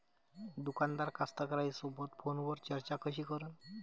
दुकानदार कास्तकाराइसोबत फोनवर चर्चा कशी करन?